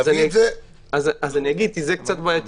זה קצת בעייתי